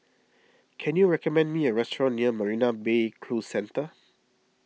can you recommend me a restaurant near Marina Bay Cruise Centre